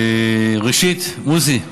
ראשית, מוסי,